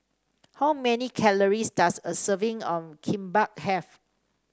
how many calories does a serving of Kimbap have